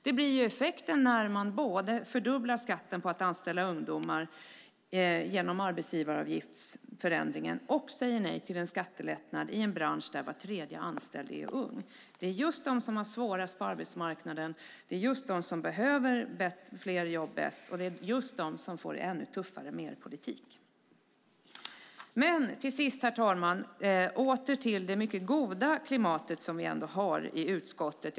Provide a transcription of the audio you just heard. Det blir effekten när man både fördubblar skatten för anställda ungdomar genom arbetsgivaravgiftsförändringen och säger nej till en skattelättnad i en bransch där var tredje anställd är ung. Det är de som har det svårast på arbetsmarknaden som behöver fler jobb bäst, och det är just dessa som får det tuffare med er politik. Herr talman! Åter till det goda klimat vi ändå har i utskottet.